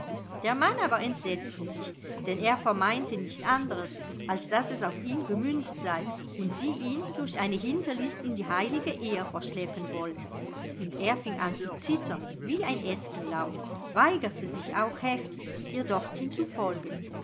der mann aber entsetzte sich denn er vermeinte nichts anderes als daß es auf ihn gemünzt sei und sie ihn durch eine hinterlist in die heilige ehe verschleppen wollte und er fing an zu zittern wie ein espenlaub weigerte sich auch heftig ihr dorthin zu folgen